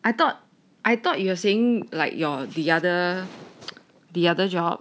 I thought I thought you were saying like you're the other the other job